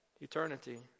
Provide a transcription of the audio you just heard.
eternity